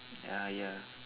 ah ya